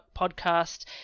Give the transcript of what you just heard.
podcast